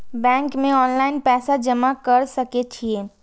Bank में online पैसा जमा कर सके छीये?